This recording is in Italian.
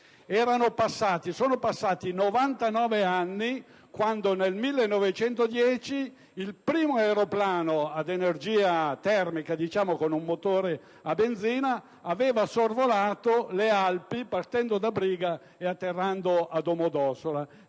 Sono passati 99 anni da quando, nel 1910, il primo aeroplano ad energia termica, con un motore a benzina, aveva sorvolato le Alpi, partendo da Briga e atterrando nei pressi